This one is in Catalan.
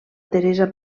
teresa